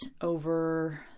over